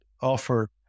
offer